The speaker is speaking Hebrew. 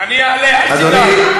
אני אעלה, אל תדאג.